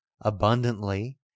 abundantly